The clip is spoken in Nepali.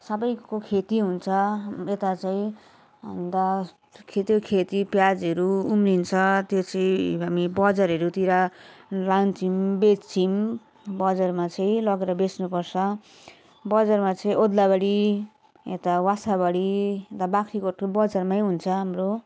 सबैको खेती हुन्छ यता चाहिँ अन्त खेती खेती प्याजहरू उम्रिन्छ त्यो चाहिँ हामी बजारहरूतिर लान्छौँ बेच्छौँ बजारमा चाहिँ लगेर बेच्नुपर्छ बजारमा चाहिँ ओद्लाबाडी यता वासाबाडी यता बाख्राकोटको बजारमै हुन्छ हाम्रो